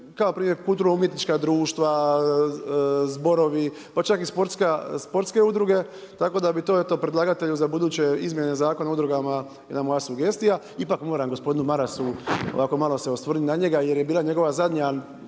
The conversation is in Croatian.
kao npr. kulturno umjetnička društva, zborovi pa čak i sportske udruge, tako da bi to predlagatelju za buduće izmjene Zakona o udrugama jedna moja sugestija. Ipak moram gospodinu Marasu ovako malo se osvrnuti na njega jer je bila njegova zadnja,